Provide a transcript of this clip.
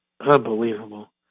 unbelievable